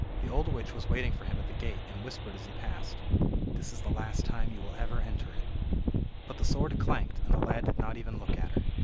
the old witch was waiting for him at the gate, and whispered as he passed this is the last time you will ever enter it but the sword clanked, and the lad did not even look at her.